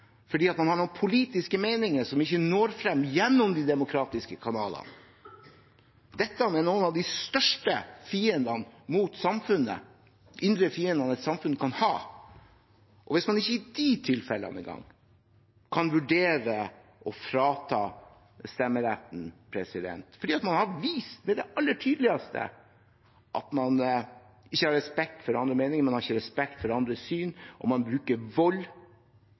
fordi man har noen politiske meninger som ikke når frem gjennom de demokratiske kanalene. Dette er en av de største fiendene mot samfunnet, den største indre fienden et samfunn kan ha, og hvis man ikke engang i de tilfellene kan vurdere å frata noen stemmeretten, fordi man har vist på aller tydeligste måte at man ikke har respekt for andre meninger, at man ikke har respekt for andre syn, og man bruker vold